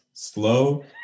Slow